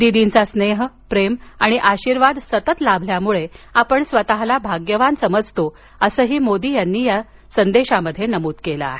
दिर्दीचा स्नेह प्रेम आणि आशीर्वाद सतत लाभल्यामुळे आपण स्वतःला भाग्यवान समाजात असल्याचंही मोदी यांनी या संदेशात नमूद केलं आहे